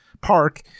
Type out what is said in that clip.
park